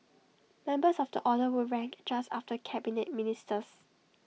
members of the order were ranked just after Cabinet Ministers